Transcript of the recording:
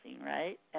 right